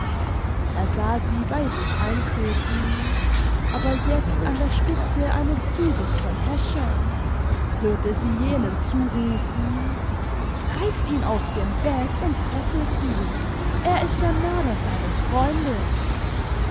er sah sie bei sich eintreten aber jetzt an der spitze eines zuges von häschern hörte sie jenen zurufen reißt ihn aus dem bett und fesselt ihn er ist der mörder seines freundes